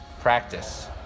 practice